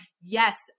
Yes